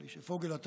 חבר הכנסת פוגל,